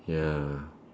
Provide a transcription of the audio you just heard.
ya